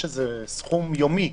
יש איזה שהוא סכום יומי.